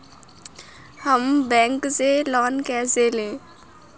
हम बैंक से लोन कैसे लें?